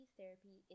Therapy